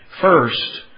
first